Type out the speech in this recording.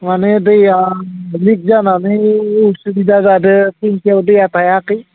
माने दैआ लिक जानानै असुबिदा जादों थेंखियाव दैआ थायाखै